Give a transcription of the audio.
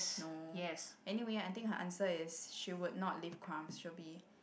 no anyway I think her answer is she would not leave crumbd she'll be